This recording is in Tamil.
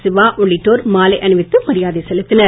சிவா உள்ளிட்டோர் மாலை அணிவித்து மரியாதை செலுத்தினர்